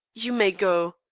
you may go.